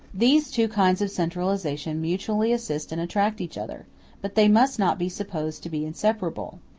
these two kinds of centralization mutually assist and attract each other but they must not be supposed to be inseparable.